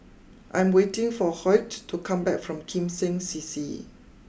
I'm waiting for Hoyt to come back from Kim Seng C C